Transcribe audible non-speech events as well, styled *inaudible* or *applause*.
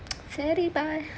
*noise* சிலது:silathu